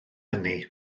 hynny